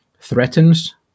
threatens